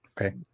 Okay